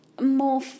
more